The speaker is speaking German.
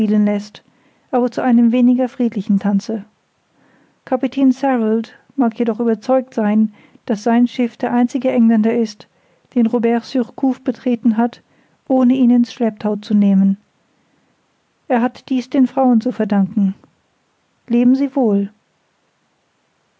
aber zu einem weniger friedlichen tanze kapitän sarald mag jedoch überzeugt sein daß sein schiff der einzige engländer ist den robert surcouf betreten hat ohne ihn in's schlepptau zu nehmen er hat dies den frauen zu verdanken leben sie wohl